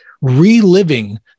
reliving